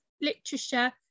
literature